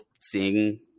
seeing